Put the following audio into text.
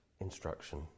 instruction